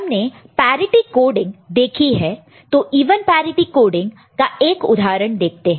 हमने parity coding देखी है तो इवन पैरिटि कोडिंग का एक उदाहरण देखते हैं